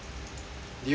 did you rank up